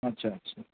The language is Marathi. अच्छा अच्छा